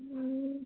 হুম